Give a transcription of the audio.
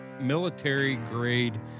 military-grade